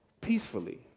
peacefully